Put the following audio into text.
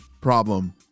problem